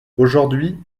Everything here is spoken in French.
aujourd’hui